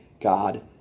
God